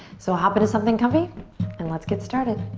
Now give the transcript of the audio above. so hop into something comfy and let's get started.